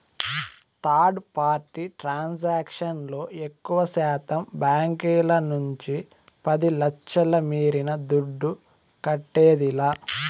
third party transaction లో ఎక్కువశాతం బాంకీల నుంచి పది లచ్ఛల మీరిన దుడ్డు కట్టేదిలా